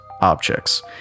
objects